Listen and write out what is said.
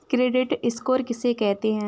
Credit score किसे कहते हैं?